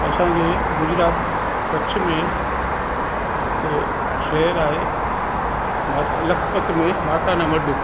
असांजे गुजरात कच्छ में हिक शेहर आहे माता लखपत में माता ना मड